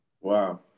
Wow